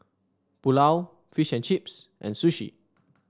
Pulao Fish and Chips and Sushi